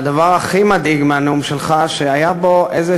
והדבר הכי מדאיג בנאום שלך הוא שהיה בו איזה